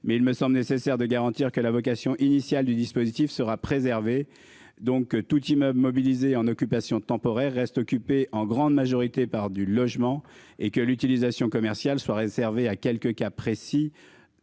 mais il me semble nécessaire de garantir que la vocation initiale du dispositif sera préservé donc tout il me mobilisé en occupation temporaire reste occupé en grande majorité par du logement et que l'utilisation commerciale soit réservé à quelques cas précis.